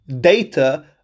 data